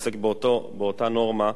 והוא עוסק באותה נורמה,